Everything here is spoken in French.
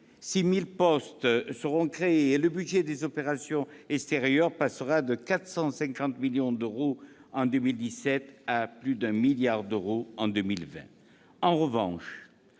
6 000 postes seront créés et le budget des opérations extérieures passera de 450 millions d'euros en 2017 à plus de 1 milliard d'euros en 2020.